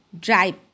drive